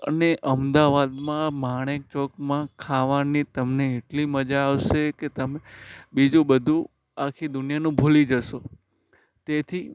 અને અમદાવાદમાં માણેકચોકમાં ખાવાની તમને એટલી મજા આવશે કે તમે બીજું બધું આખી દુનિયાનું ભૂલી જશો તેથી